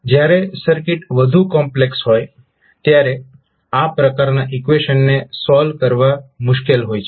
જ્યારે સર્કિટ વધુ કોમ્પ્લેક્સ હોય ત્યારે આ પ્રકારના ઈકવેશન્સને સોલ્વ કરવા મુશ્કેલ હોય છે